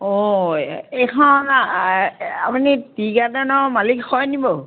অঁ এইখন আপুনি টি গাৰ্ডেনৰ মালিক হয় নি বাৰু